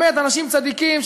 באמת אנשים צדיקים,